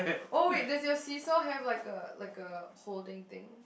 oh wait does your see saw have like a like a holding thing